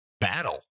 battle